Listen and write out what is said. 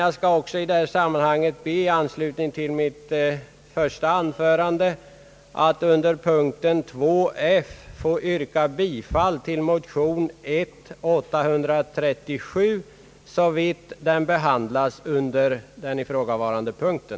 Jag skall i detta sammanhang också be att, i anslutning till mitt första anförande, under punkten 2 f få yrka bifall till motionen I: 837, såvitt den behandlas under den ifrågavarande punkten.